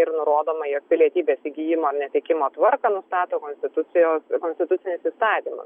ir nurodoma jog pilietybės įgijimo ir netekimo tvarką nustato konstitucijos konstitucinis įstatymas